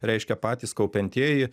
reiškia patys kaupiantieji